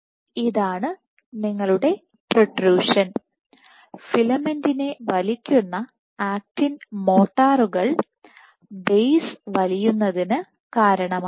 ഇതാണ് നിങ്ങളുടെ പ്രോട്രൂഷൻഫിലമെന്റുകളെ വലിക്കുന്ന ആക്റ്റിൻ മോട്ടോറുകൾ ബെയ്സ് വലിയുന്നതിന് കാരണമാകുന്നു